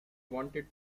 wanted